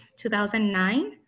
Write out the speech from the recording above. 2009